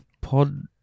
Pod